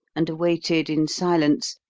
and awaited in silence,